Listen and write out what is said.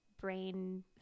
brain